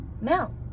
Mel